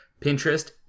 Pinterest